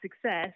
success